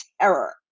terror